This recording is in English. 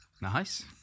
Nice